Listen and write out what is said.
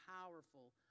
powerful